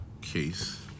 case